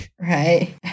Right